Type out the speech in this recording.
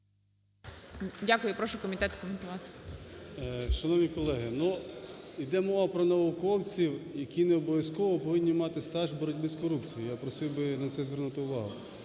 Дякую. Прошу комітет прокоментувати. 11:10:08 КНЯЗЕВИЧ Р.П. Шановні колеги, йде мова про науковців, які необов'язково повинні мати стаж боротьби з корупцією, я просив би на це звернути увагу.